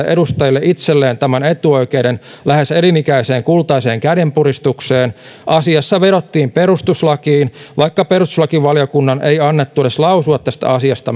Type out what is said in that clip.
edustajille itselleen tämän etuoikeuden lähes elinikäiseen kultaiseen kädenpuristukseen asiassa vedottiin perustuslakiin vaikka perustuslakivaliokunnan ei annettu edes lausua tästä asiasta